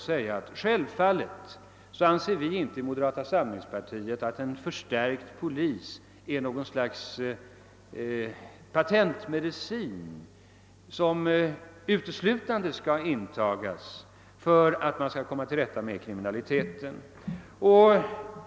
Självfallet anser vi inte inom moderata samlingspartiet att en förstärkt polis utgör ett slags patentmedicin som uteslutande skall intagas för att man skall komma till rätta med kriminaliteten.